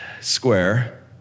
square